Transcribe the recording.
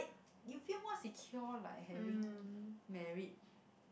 you feel more secured like having married